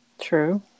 True